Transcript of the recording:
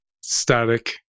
static